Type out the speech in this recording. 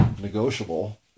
negotiable